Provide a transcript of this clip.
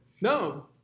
No